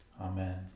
Amen